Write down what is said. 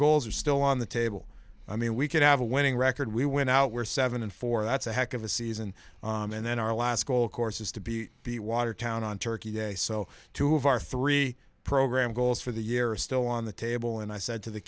are still on the table i mean we could have a winning record we went out we're seven and four that's a heck of a season and then our last goal courses to be the watertown on turkey day so two of our three program goals for the year are still on the table and i said to the